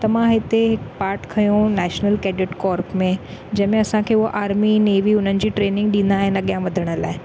त मां हिते हिकु पार्ट खयो हुयो नेशनल कैडेट कोर में जंहिंमें असांखे हूअ आर्मी नेवी उन्हनि जी ट्रेनिंग ॾींदा आहिनि अॻियां वधण लाइ